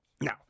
Now